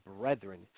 brethren